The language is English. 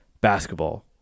basketball